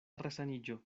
resaniĝo